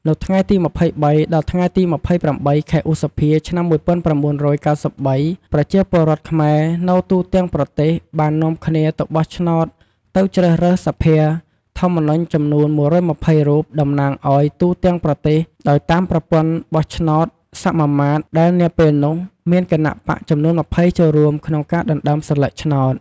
នៅថ្ងៃទី២៣ ដល់ថ្ងៃទី ២៨ ខែឧសភាឆ្នាំ១៩៩៣ ប្រជាពលរដ្ឋខ្មែរនៅទូទាំងប្រទេស បាននាំគ្នាទៅបោះឆ្នោតទៅជ្រើសរើសសភាធម្មនុញ្ញចំនួន ១២០រូបតំណាងឱ្យទូទាំងប្រទេសដោយតាមប្រព័ន្ធបោះឆ្នោតសមាមាត្រ ដែលនាពេលនោះមានគណបក្សចំនួន ២០ ចូលរួមក្នុងការដណ្តើមសន្លឹកឆ្នោត។